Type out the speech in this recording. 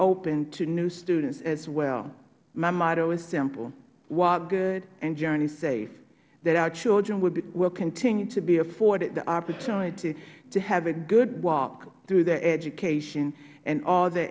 opened to new students as well my motto is simple walk good and journey safe that our children will continue to be afforded the opportunity to have a good walk through their education and all the